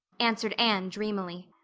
answered anne dreamily.